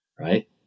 Right